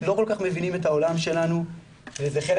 לא כל כך מבינים את העולם שלנו וזה חלק